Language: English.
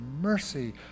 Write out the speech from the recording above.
mercy